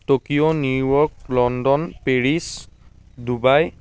Tokyo New York London Paris Dubai